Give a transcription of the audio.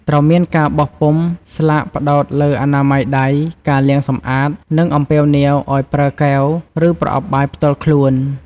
ត្រូវមានការបោះពុម្ពស្លាកផ្តោតលើអនាម័យដៃ ការលាងសម្អាត និងអំពាវនាវឲ្យប្រើកែវ ឬប្រអប់បាយផ្ទាល់ខ្លួន ។